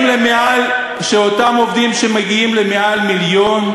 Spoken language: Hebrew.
אותם עובדים שמגיעים ליותר ממיליון,